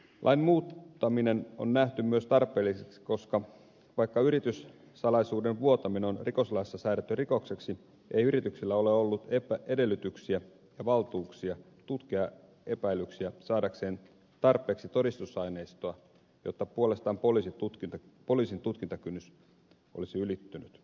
lain muuttaminen on nähty myös tarpeelliseksi koska vaikka yrityssalaisuuden vuotaminen on rikoslaissa säädetty rikokseksi ei yrityksillä ole ollut edellytyksiä eikä valtuuksia tutkia epäilyksiä saadakseen tarpeeksi todistusaineistoa jotta puolestaan poliisin tutkintakynnys olisi ylittynyt